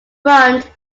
front